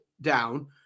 down